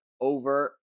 over